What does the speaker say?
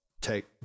take